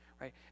right